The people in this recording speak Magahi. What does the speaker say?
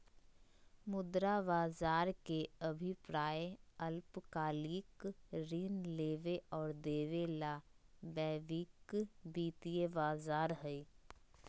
मुद्रा बज़ार के अभिप्राय अल्पकालिक ऋण लेबे और देबे ले वैश्विक वित्तीय बज़ार हइ